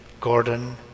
Gordon